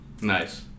Nice